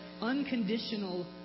unconditional